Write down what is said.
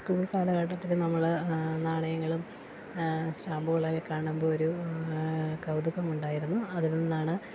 school കാലഘട്ടത്തില് നമ്മള് നാണയങ്ങളും സ്റ്റാമ്പുകളുമൊക്കെ കാണുമ്പോള് ഒരു കൗതുകമുണ്ടായിരുന്നു അതിൽ നിന്നാണ്